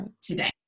today